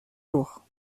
jours